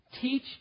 Teach